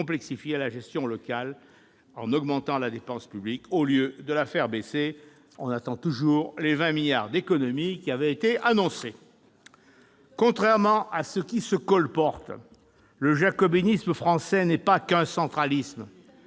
complexifié la gestion locale en augmentant la dépense publique au lieu de la faire baisser- on attend toujours les 20 milliards d'euros d'économies qui avaient été annoncés ! Contrairement à ce qui se colporte, le jacobinisme français n'est pas qu'un centralisme